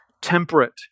temperate